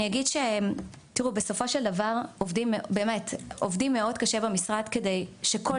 אני אגיד שבסופו של דבר עובדים מאוד קשה במשרד כדי שכל